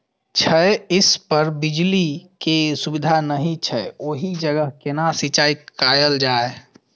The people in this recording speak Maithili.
छै इस पर बिजली के सुविधा नहिं छै ओहि जगह केना सिंचाई कायल जाय?